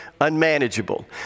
unmanageable